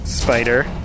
spider